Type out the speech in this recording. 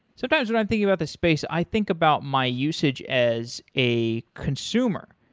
sometimes when i'm thinking about this space, i think about my usage as a consumer.